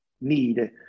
need